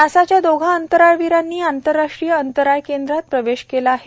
नासाच्या दोघा अंतराळवीरांनी आंतरराष्ट्रीय अंतराळ केंद्रात प्रवेश केला आहे